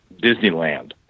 disneyland